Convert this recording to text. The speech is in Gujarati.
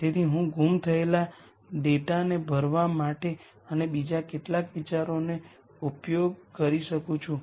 તેથી હું ગુમ થયેલ ડેટાને ભરવા માટે અને બીજા કેટલાક વિચારનો ઉપયોગ કરી શકું છું